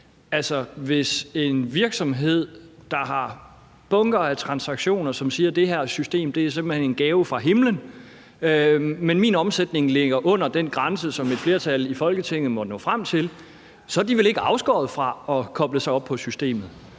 hvis en virksomhed, der har bunker af transaktioner, siger, at det her system simpelt hen er en gave fra himlen, men dens omsætning ligger under den grænse, som et flertal i Folketinget måtte nå frem til, så er den vel ikke afskåret fra at koble sig på systemet.